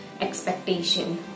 expectation